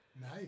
Nice